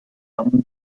zusammen